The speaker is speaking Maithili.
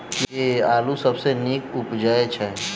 केँ आलु सबसँ नीक उबजय छै?